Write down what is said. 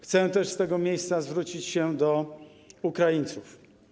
Chcę też z tego miejsca zwrócić się do Ukraińców.